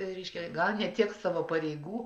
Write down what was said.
reiškia gal ne tiek savo pareigų